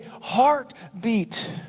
heartbeat